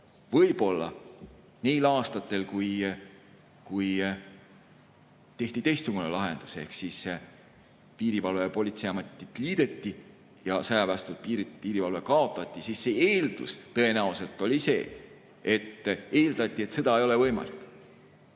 Võib-olla neil aastatel, kui tehti teistsugune lahendus ehk piirivalveamat ja politseiamet liideti ja sõjaväestatud piirivalve kaotati, siis see eeldus tõenäoliselt oli see: eeldati, et sõda ei ole võimalik.